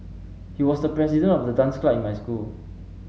he was the president of the dance club in my school